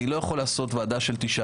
אני לא יכול לעשות ועדה של 19,